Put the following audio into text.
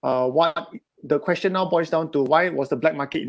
uh why the question now boils down to why was the black market